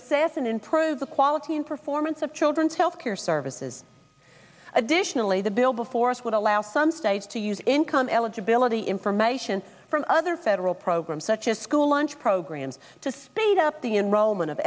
and improve the quality and performance of children's health care services additionally the bill before us would allow some states to use income eligibility information from other federal programs such as school lunch programs to speed up the enrollment of